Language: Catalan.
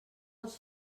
els